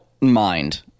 mind